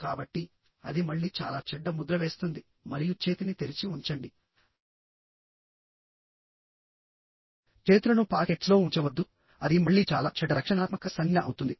కాబట్టి అది మళ్ళీ చాలా చెడ్డ ముద్ర వేస్తుంది మరియు చేతిని తెరిచి ఉంచండి చేతులను పాకెట్స్లో ఉంచవద్దుఅది మళ్ళీ చాలా చెడ్డ రక్షణాత్మక సంజ్ఞ అవుతుంది